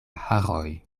haroj